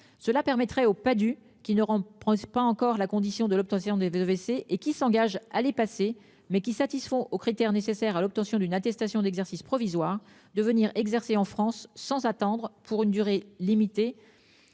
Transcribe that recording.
Cela permettrait aux pas du qui ne auront pas encore la condition de l'obtention des. Et qui s'engagent à les passer mais qui satisfont aux critères nécessaires à l'obtention d'une attestation d'exercice provisoire de venir exercer en France sans attendre pour une durée limitée.